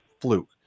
fluke